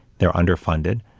they're underfunded,